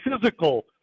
physical